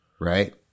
Right